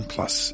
Plus